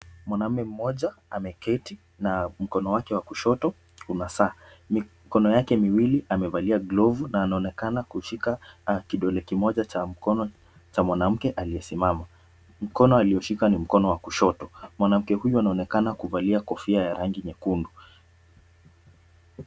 Mwanaume mmoja ameketi na mkono wake wa kushoto una saa. Mikono yake miwili amevalia glovu na anaonekana kushika kidole kimoja cha mkono cha mwanamke aliyesimama. Mkono alioshika ni mkono wa kushoto. Mwanamke huyo anaonekana kuvalia kofia ya rangi nyekundu.